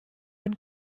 been